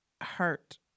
hurt